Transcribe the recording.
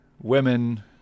women